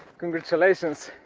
congratulations!